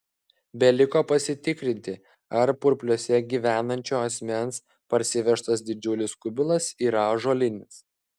beliko pasitikrinti ar purpliuose gyvenančio asmens parsivežtas didžiulis kubilas yra ąžuolinis